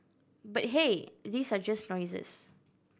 but hey these are just noises